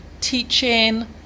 teaching